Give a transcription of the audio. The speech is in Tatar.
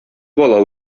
бала